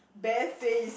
best face